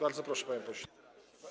Bardzo proszę, panie pośle.